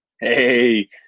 Hey